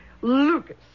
lucas